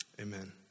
Amen